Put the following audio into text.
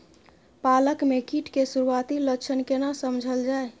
पालक में कीट के सुरआती लक्षण केना समझल जाय?